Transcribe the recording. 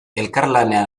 elkarlanean